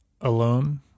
alone